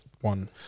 one